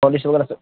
polish وغیرہ سب